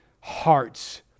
hearts